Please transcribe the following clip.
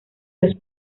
los